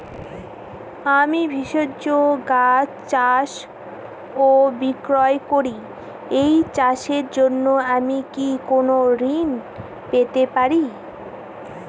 আমি ভেষজ গাছ চাষ ও বিক্রয় করি এই চাষের জন্য আমি কি কোন ঋণ পেতে পারি?